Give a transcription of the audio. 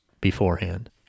beforehand